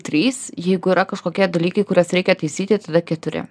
trys jeigu yra kažkokie dalykai kuriuos reikia taisyti tada keturi